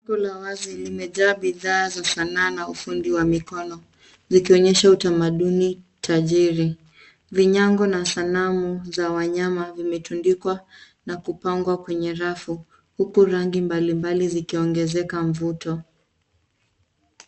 Duka la wazi limejaa bidhaa za Sanaa na ufundi wa mikono zikionyesha utamaduni tajiri. Vinyago na sanamu za wanyama zimetundikwa na kupangwa kwenye rafu huku rangi mbali mbali zikiongezeka mvuto.